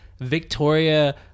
Victoria